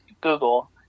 Google